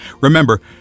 Remember